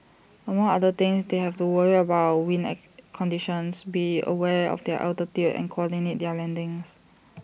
among other things they have to worry about wind conditions be aware of their altitude and coordinate their landings